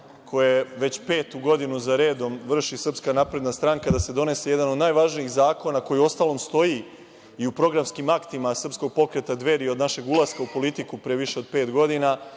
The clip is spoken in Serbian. koje već petu godinu za redom vrši SNS da se donese jedan od najvažnijih zakona koji uostalom stoji i u programskim aktima Srpskog pokreta Dveri od našeg ulaska u politiku pre više od pet godina,